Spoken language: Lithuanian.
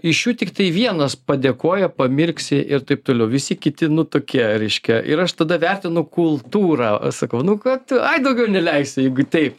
iš jų tiktai vienas padėkoja pamirksi ir taip toliau visi kiti nu tokie reiškia ir aš tada vertinu kultūrą sakau nu kad ai daugiau neleisiu jeigu taip